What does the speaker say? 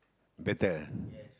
better